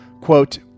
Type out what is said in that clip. quote